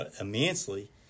immensely